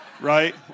right